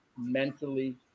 mentally